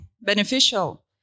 beneficial